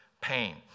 pain